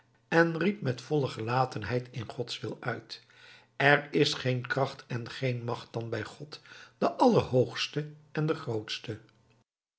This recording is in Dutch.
en riep met volle gelatenheid in gods wil uit er is geen kracht en geen macht dan bij god den allerhoogsten en grootsten